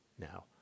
Now